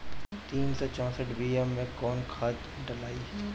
तीन सउ चउसठ बिया मे कौन खाद दलाई?